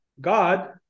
god